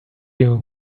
you